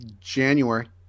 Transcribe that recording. January